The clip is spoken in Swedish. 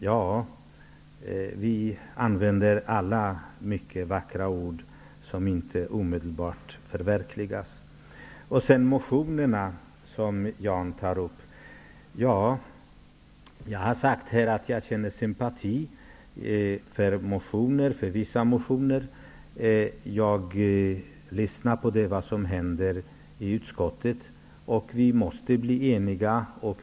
Ja, alla använder vi mycket vackra ord, som inte omedelbart resulterar i ett förverkligande av det som det talas om. Vidare talar Jan Andersson om motionsbehandlingen. Jag har sagt att jag känner sympati för vissa motioner. Jag lyssnar och jag tar del av det som händer i utskottet. Vi måste bli eniga.